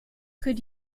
could